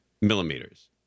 millimeters